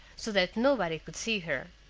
so that nobody could see her.